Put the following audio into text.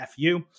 FU